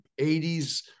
80s